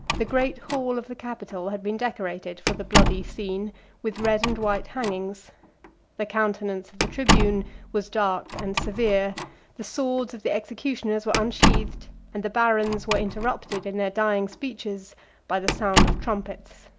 the great hall of the capitol had been decorated for the bloody scene with red and white hangings the countenance of the tribune was dark and severe the swords of the executioners were unsheathed and the barons were interrupted in their dying speeches by the sound of trumpets.